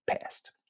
past